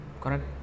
correct